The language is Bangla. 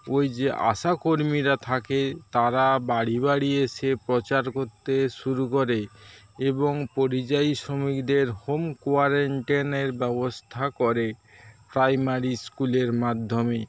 ওই যে আশা কর্মীরা থাকে তারা বাড়ি বাড়ি এসে প্রচার করতে শুরু করে এবং পরিযায়ী শ্রমিকদের হোম কোয়ারেন্টাইনের ব্যবস্থা করে প্রাইমারি স্কুলের মাধ্যমে